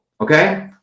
okay